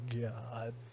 god